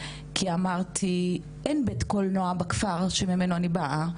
אמרתי אין בית קולנוע בכפר שממנו אני באה,